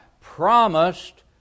promised